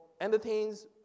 entertains